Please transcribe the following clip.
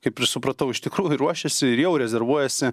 kaip ir supratau iš tikrųjų ruošiasi ir jau rezervuojasi